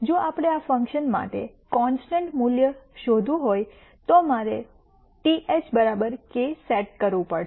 જો આપણે આ ફંકશન માટે કૉન્સ્ટન્ટ મૂલ્ય શોધવું હોય તો મારે th k સેટ કરવું પડશે